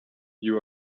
you